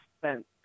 spent